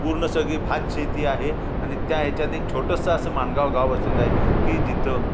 पूर्ण सगळी भात शेती आहे आणि त्या ह्याच्यात एक छोटंसं असं माणगाव गाव वसलेलंय की जिथं